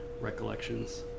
recollections